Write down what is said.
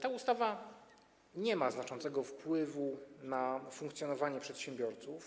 Ta ustawa nie ma znaczącego wpływu na funkcjonowanie przedsiębiorców.